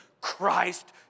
Christ